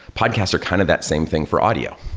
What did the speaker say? podcasts are kind of that same thing for audio.